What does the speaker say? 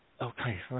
okay